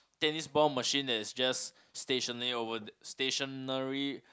tennis ball machine that's just stationary over stationary